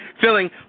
Filling